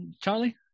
Charlie